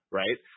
right